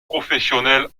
professionnel